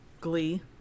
Glee